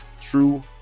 True